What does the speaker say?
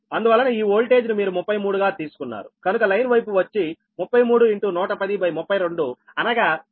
అందువలన ఈ ఓల్టేజ్ ను మీరు 33 గా తీసుకున్నారుకనుక లైన్ వైపు వచ్చి 33 11032అనగా 113